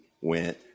went